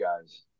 guys